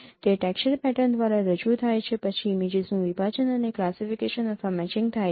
તે texture pattern દ્વારા રજૂ થાય છે પછી ઇમેજીસનું વિભાજન અને ક્લાસીફિકેશન અથવા મેચિંગ થાય છે